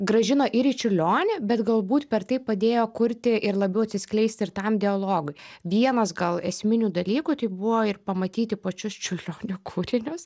grąžino ir į čiurlionį bet galbūt per tai padėjo kurti ir labiau atsiskleisti ir tam dialogui vienas gal esminių dalykų tai buvo ir pamatyti pačius čiurlionio kūrinius